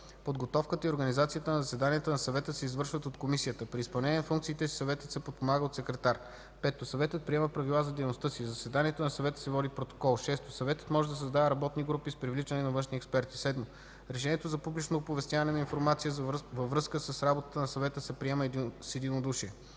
Подготовката и организацията на заседанията на съвета се извършват от комисията. При изпълнение на функциите си съветът се подпомага от секретар. 5. Съветът приема Правила за дейността си. За заседанията на съвета се води протокол. 6. Съветът може да създава работни групи с привличане на външни експерти. 7. Решението за публично оповестяване на информация във връзка с работата на съвета се приема с единодушие.